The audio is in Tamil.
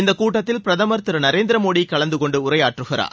இந்த கூட்டத்தில் பிரதமர் திரு நரேந்திர மோடி கலந்துகொண்டு உரையாற்றுகிறார்